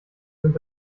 sind